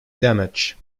damage